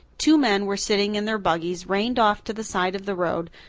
two men were sitting in their buggies, reined off to the side of the road,